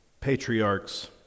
patriarchs